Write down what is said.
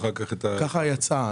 כך יצא.